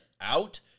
out